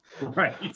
Right